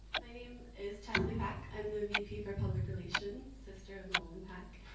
my name is chelsea pack. i'm the vp for public relations, sister of nolan pack.